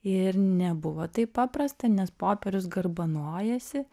ir nebuvo taip paprasta nes popierius garbanojasi